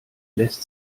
lässt